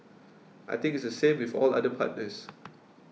I think it's the same with all other partners